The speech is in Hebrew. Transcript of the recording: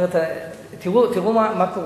תראו מה קורה.